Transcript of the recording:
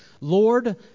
Lord